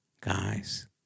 guys